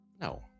no